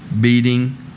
beating